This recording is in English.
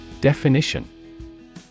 Definition